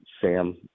Sam –